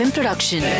Production